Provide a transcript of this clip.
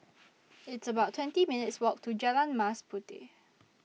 It's about twenty minutes' Walk to Jalan Mas Puteh